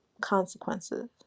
consequences